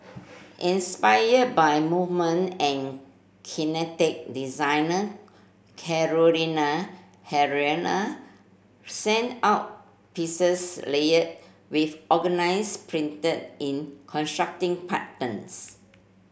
inspired by movement and kinetic designer Carolina Herrera sent out pieces layered with organza printed in contrasting patterns